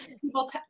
people